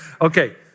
Okay